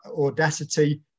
audacity